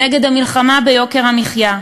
נגד המלחמה ביוקר המחיה,